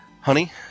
honey